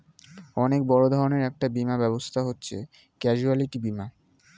অনেক বড় ধরনের একটা বীমা ব্যবস্থা হচ্ছে ক্যাজুয়ালটি বীমা